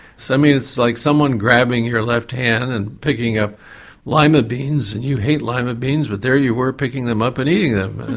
so it's like someone grabbing your left hand and picking up lima beans and you hate lima beans but there you were picking them up and eating them.